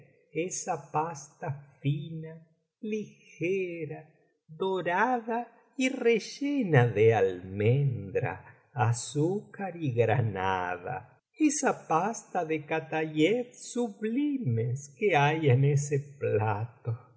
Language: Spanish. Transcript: esa pasta fina ligera dorada y rellena de almendra azúcar y granada esa pasta de katayefs sublimes que hay en ese plato